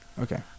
Okay